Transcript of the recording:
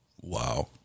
Wow